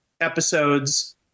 episodes